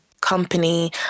company